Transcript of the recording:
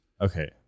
Okay